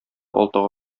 алтыга